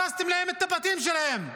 הרסתם להם את הבתים שלהם.